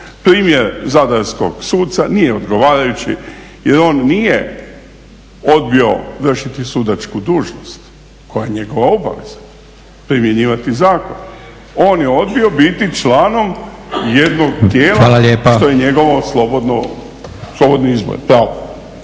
Primjer zadarskog suca nije odgovarajući jer on nije odbio vršiti sudačku dužnost koja je njegova obaveza, primjenjivati zakon, on je odbio biti članom jednog tijela što je njegovo pravo.